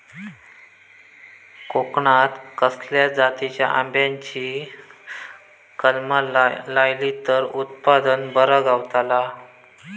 कोकणात खसल्या जातीच्या आंब्याची कलमा लायली तर उत्पन बरा गावताला?